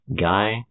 Guy